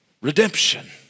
redemption